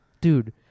Dude